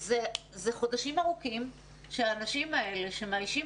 זה חודשים ארוכים שהאנשים האלה שמאיישים